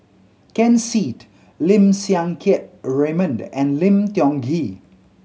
Ken Seet Lim Siang Keat Raymond and Lim Tiong Ghee